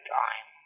time